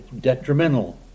detrimental